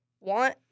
want